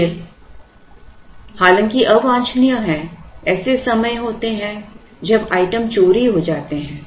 फिर से हालांकि अवांछनीय है ऐसे समय होते हैं जब आइटम चोरी हो जाते हैं